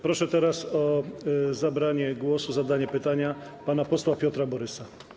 Proszę o zabranie głosu i zadanie pytania pana posła Piotra Borysa.